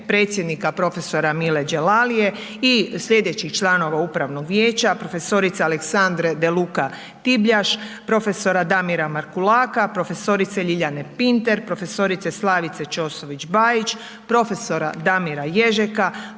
predsjednika profesora Mile Đelalije i sljedećih članova Upravnog vijeća, profesorice Aleksandre Deluka Tibljaš, profesora Damira Markulaka, profesorice Ljiljane Pinter, profesorice Slavice Ćosović Bajić, profesora Damira Ježeka,